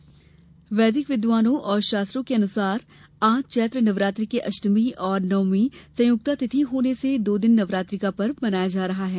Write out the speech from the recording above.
रामनवमी वैदिक विद्वानों और शास्त्रों के जानकारों के अनुसार आज चैत्र नवरात्र की अष्टमी और नवमी संयुक्ता तिथि होने से दो दिन नवरात्रि का पर्व मनाया जा रहा है